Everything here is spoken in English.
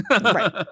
Right